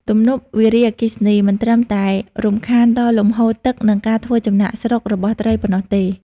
ទំនប់វារីអគ្គិសនីមិនត្រឹមតែរំខានដល់លំហូរទឹក និងការធ្វើចំណាកស្រុករបស់ត្រីប៉ុណ្ណោះទេ។